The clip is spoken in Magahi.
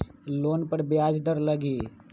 लोन पर ब्याज दर लगी?